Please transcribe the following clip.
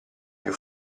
più